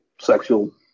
sexual